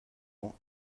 ans